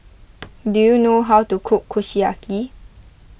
do you know how to cook Kushiyaki